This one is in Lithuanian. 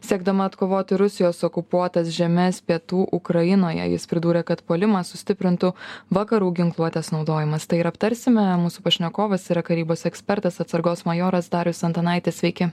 siekdama atkovoti rusijos okupuotas žemes pietų ukrainoje jis pridūrė kad puolimą sustiprintų vakarų ginkluotės naudojimas tai ir aptarsime mūsų pašnekovas yra karybos ekspertas atsargos majoras darius antanaitis sveiki